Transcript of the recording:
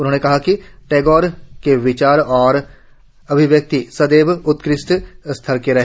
उन्होंने कहा कि टैगोर के विचार और अभिव्यक्ति सदैव उत्कृष्ट स्तर के रहे